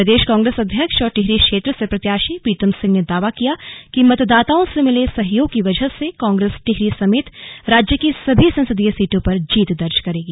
प्रदेश कांग्रेस अध्यक्ष और टिहरी क्षेत्र से प्रत्याशी प्रीतम सिंह ने दावा किया कि मतदाताओं से मिले सहयोग की वजह से कांग्रेस टिहरी समेत राज्य की सभी संसदीय सीटों पर जीत दर्ज करेगी